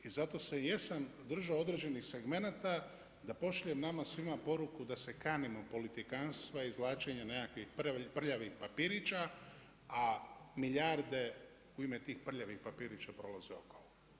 I zato se i jesam držao određenih segmenata da pošaljem nama svima poruku, da se kanimo politikantstva i izvlačenje nekakvih prljavih papirića, a milijarde u ime tih prljavih papirića prolaze okolo.